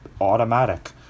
automatic